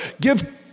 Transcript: Give